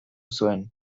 zuen